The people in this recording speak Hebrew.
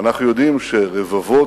ואנחנו יודעים שרבבות